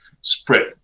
spread